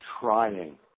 trying